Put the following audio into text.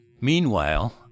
Meanwhile